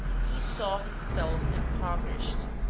he saw himself impoverished